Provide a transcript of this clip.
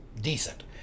decent